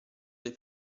alle